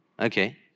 Okay